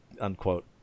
unquote